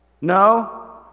No